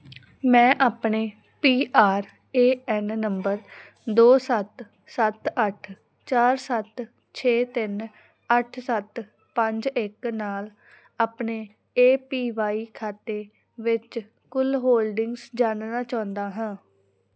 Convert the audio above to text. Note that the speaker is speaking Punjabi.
ਮੈਂ ਆਪਣੇ P R A N number ਦੋ ਸੱਤ ਸੱਤ ਅੱਠ ਚਾਰ ਸੱਤ ਛੇ ਤਿੰਨ ਅੱਠ ਸੱਤ ਪੰਜ ਇੱਕ ਨਾਲ ਆਪਣੇ ਏ ਪੀ ਵਾਏ ਖਾਤੇ ਵਿੱਚ ਕੁੱਲ ਹੋਲਡਿੰਗਜ਼ ਜਾਣਨਾ ਚਾਹੁੰਦਾ ਹਾਂ